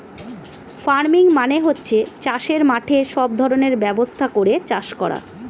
farming মানে হচ্ছে চাষের মাঠে সব ধরনের ব্যবস্থা করে চাষ করা